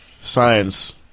Science